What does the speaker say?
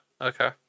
Okay